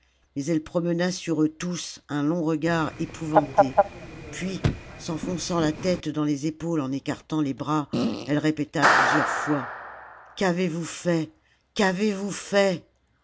parure elle promena sur eux un long regard épouvanté puis s'enfonçant la tête dans les épaules en écartant les bras elle répéta plusieurs fois qu'avez-vous fait qu'avez vous fait